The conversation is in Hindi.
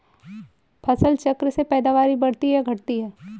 फसल चक्र से पैदावारी बढ़ती है या घटती है?